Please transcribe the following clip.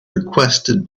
requested